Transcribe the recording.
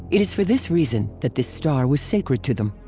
it is for this reason that this star was sacred to them.